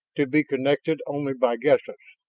to be connected only by guesses,